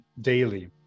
daily